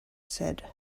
said